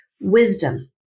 wisdom